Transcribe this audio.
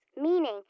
meaning